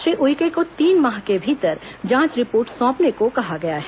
श्री उइके को तीन माह के भीतर जांच रिपोर्ट सौपने को कहा गया है